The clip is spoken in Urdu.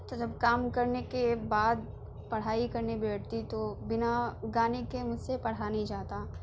تو جب کام کرنے کے بعد پڑھائی کرنے بیٹھتی تو بنا گانے کے مجھ سے پڑھا نہیں جاتا